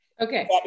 Okay